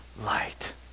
light